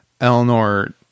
Eleanor